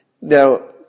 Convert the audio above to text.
Now